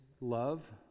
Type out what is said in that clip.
love